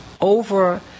over